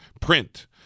print